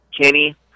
Kenny